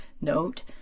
note